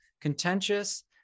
contentious